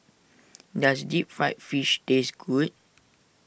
does Deep Fried Fish taste good